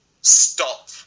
stop